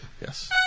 Yes